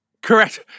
Correct